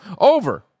over